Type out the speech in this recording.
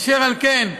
אשר על כן,